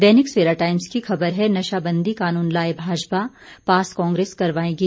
दैनिक Savera Times की ख़बर है नशाबंदी कानून लाए भाजपा पास कांग्रेस करवाएंगी